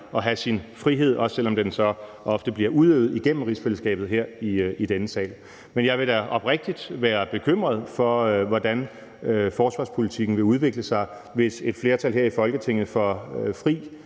at have sin frihed, også selv om den så ofte bliver udøvet igennem rigsfællesskabet her i denne sal. Men jeg vil da oprigtigt være bekymret for, hvordan forsvarspolitikken vil udvikle sig, hvis et flertal her i Folketinget får fri